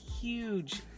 huge